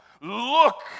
look